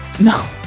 No